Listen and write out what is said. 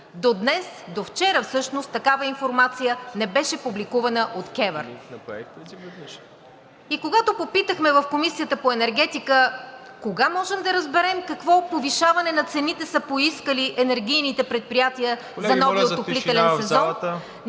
До днес, до вчера всъщност, такава информация не беше публикувана от КЕВР. И когато попитахме в Комисията по енергетика: кога можем да разберем какво повишаване на цените са поискали енергийните предприятия за новия… (Шум